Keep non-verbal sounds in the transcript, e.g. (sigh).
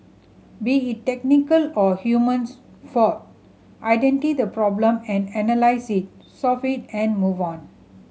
be it technical or humans fault (unintelligible) the problem and analyse it solve it and move on